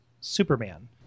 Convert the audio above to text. superman